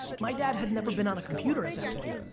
my dad had never been on a computer at that point.